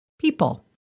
people